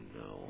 no